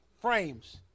frames